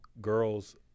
girls